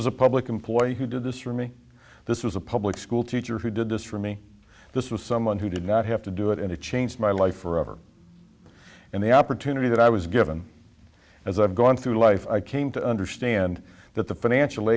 was a public employee who did this or me this was a public school teacher who did this for me this was someone who did not have to do it and it changed my life forever and the opportunity that i was given as i've gone through life i came to understand that the financial